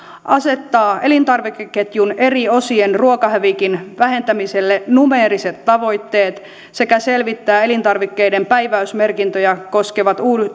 asettaa elintarvikeketjun eri osien ruokahävikin vähentämiselle numeeriset tavoitteet sekä selvittää elintarvikkeiden päiväysmerkintöjä koskevat